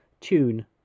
tune